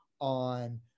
on